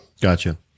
Gotcha